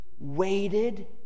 waited